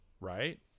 right